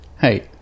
hey